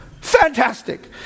Fantastic